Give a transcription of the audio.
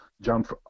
jump